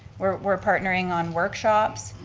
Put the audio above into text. we're we're partnering on workshops,